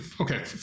okay